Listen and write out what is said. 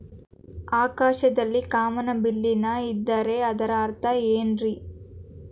ಆಕಾಶದಲ್ಲಿ ಕಾಮನಬಿಲ್ಲಿನ ಇದ್ದರೆ ಅದರ ಅರ್ಥ ಏನ್ ರಿ?